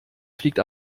fliegt